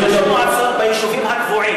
ראשי מועצות ביישובים הקבועים.